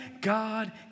God